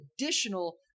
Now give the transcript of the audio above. additional